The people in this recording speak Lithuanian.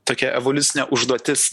tokia evoliucinė užduotis